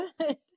good